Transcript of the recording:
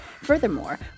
Furthermore